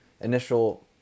initial